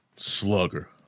Slugger